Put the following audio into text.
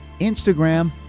Instagram